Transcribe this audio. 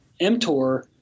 mTOR